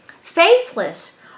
Faithless